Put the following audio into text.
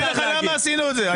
למה לבקש את זה בכלל?